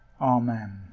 amen